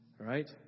right